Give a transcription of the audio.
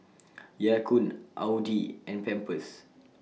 Ya Kun Audi and Pampers